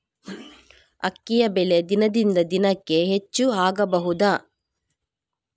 ಅಕ್ಕಿಯ ಬೆಲೆ ದಿನದಿಂದ ದಿನಕೆ ಹೆಚ್ಚು ಆಗಬಹುದು?